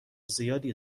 زیادی